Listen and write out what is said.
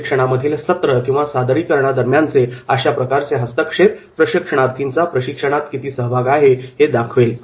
प्रशिक्षणा मधील सत्र किंवा सादरीकरणादरम्यानचे अशा प्रकारचे हस्तक्षेप प्रशिक्षणार्थींचा प्रशिक्षणात किती सहभाग आहे हे दाखवेल